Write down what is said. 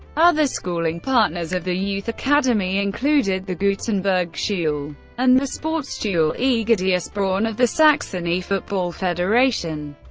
other schooling partners of the youth academy included the gutenbergschule and the sportschule egidius braun of the saxony football federation.